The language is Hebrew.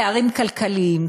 פערים כלכליים,